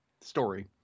story